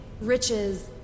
riches